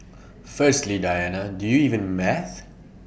firstly Diana do you even math